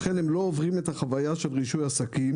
לכן הם לא עוברים את החוויה של רישוי עסקים.